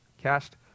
cast